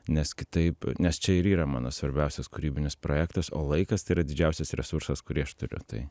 nes kitaip nes čia ir yra mano svarbiausias kūrybinis projektas o laikas tai yra didžiausias resursas kurį aš turiu tai